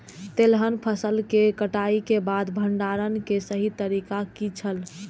तेलहन फसल के कटाई के बाद भंडारण के सही तरीका की छल?